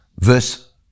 Verse